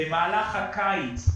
במהלך הקיץ,